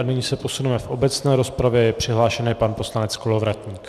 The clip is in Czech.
Nyní se posuneme v obecné rozpravě je přihlášen pan poslanec Kolovratník.